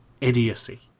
Idiocy